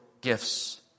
gifts